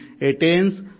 attains